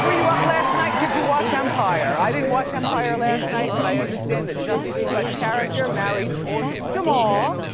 last night, did you watch empire? i didn't watch empire last night, but i understand that jussie smollett's character married jamal.